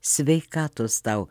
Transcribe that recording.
sveikatos tau